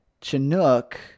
Chinook